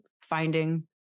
finding